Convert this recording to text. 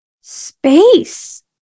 space